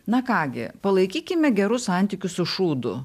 na ką gi palaikykime gerus santykius su šūdu